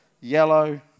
Yellow